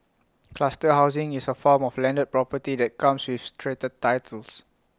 cluster housing is A form of landed property that comes with strata titles